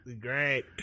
Great